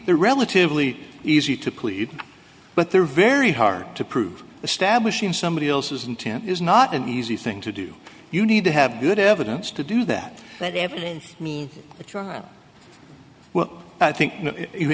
the relatively easy to plead but they're very hard to prove establishing somebody else's intent is not an easy thing to do you need to have good evidence to do that that evidence means a trial well i think you